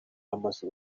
hamaze